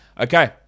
Okay